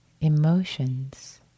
Emotions